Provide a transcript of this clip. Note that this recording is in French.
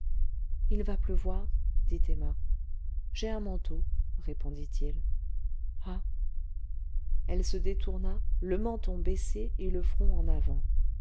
il va pleuvoir dit emma j'ai un manteau répondit-il ah elle se détourna le menton baissé et le front en avant